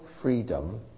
freedom